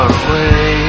away